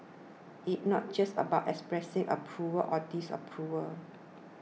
it not just about expressing approval or disapproval